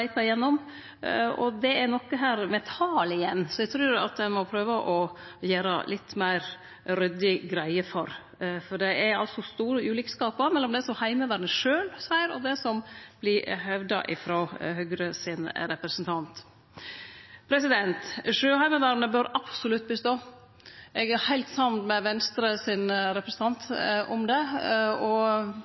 leita igjennom. Det er noko med tal her som eg trur ein må prøve å gjere litt meir ryddig greie for. For det er altså store ulikskapar mellom det Heimevernet sjølv seier, og det som vert hevda frå Høgre sin representant. Sjøheimevernet bør absolutt bestå. Eg er heilt samd med Venstre sin representant i det. Dilemmaet vårt er at i og med at det er gjort eit konkret vedtak om